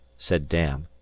said dan.